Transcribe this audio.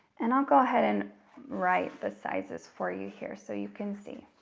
and i'll go ahead and write the sizes for you here, so you can see.